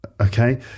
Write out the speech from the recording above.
Okay